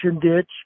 ditch